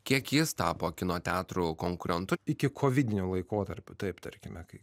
kiek jis tapo kino teatrų konkurentu ikikovidiniu laikotarpiu taip tarkime kai